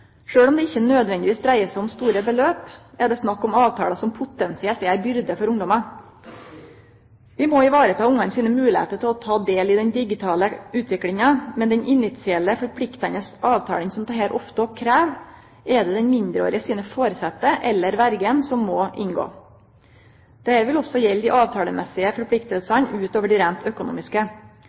om det ikkje nødvendigvis dreier seg om store beløp, er det snakk om avtalar som potensielt er ei byrde for ungdommar. Vi må vareta ungar sine moglegheiter til å ta del i den digitale utviklinga, men den initielle forpliktande avtalen som dette ofte krev, er det den mindreårige sine føresette, eller verja, som må inngå. Dette vil òg gjelde dei avtalemessige forpliktingane utover dei reint økonomiske.